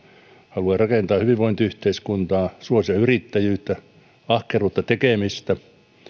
haluaa rakentaa hyvinvointiyhteiskuntaa suosia yrittäjyyttä ahkeruutta tekemistä